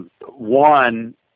one